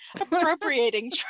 appropriating